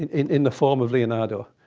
in in the form of leonardo.